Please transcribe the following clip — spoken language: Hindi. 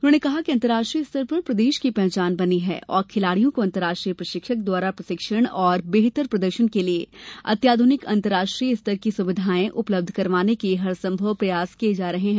उन्होंने कहा कि अंतर्राष्ट्रीय स्तर पर प्रदेश की पहचान बनी है और खिलाड़ियों को अंतर्राष्ट्रीय प्रशिक्षक द्वारा प्रशिक्षण और बेहतर प्रदर्शन के लिये अत्याध्रनिक अंतर्राष्ट्रीय स्तर की सुविधायें उपलब्ध करवाने के हर संभव प्रयास किये जा रहे हैं